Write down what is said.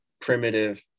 primitive